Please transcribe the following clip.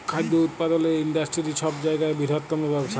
খাদ্য উৎপাদলের ইন্ডাস্টিরি ছব জায়গার বিরহত্তম ব্যবসা